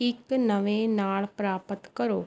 ਇੱਕ ਨਵੇਂ ਨਾਲ ਪ੍ਰਾਪਤ ਕਰੋ